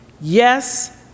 yes